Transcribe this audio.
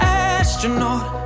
astronaut